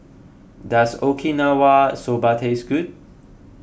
does Okinawa Soba taste good